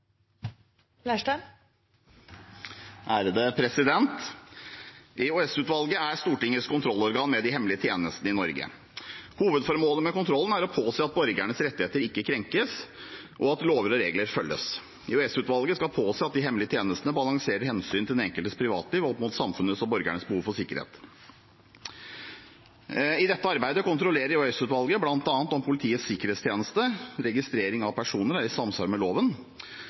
å påse at borgernes rettigheter ikke krenkes, og at lover og regler følges. EOS-utvalget skal påse at de hemmelige tjenestene balanserer hensynet til den enkeltes privatliv opp mot samfunnets og borgernes behov for sikkerhet. I dette arbeidet kontrollerer EOS-utvalget bl.a. om Politiets sikkerhetstjenestes registrering av personer er i samsvar med loven,